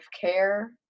care